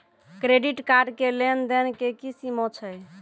Credit card के लेन देन के की सीमा छै?